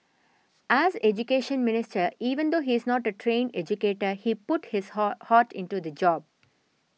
as Education Minister even though he is not a trained educator he put his heart heart into the job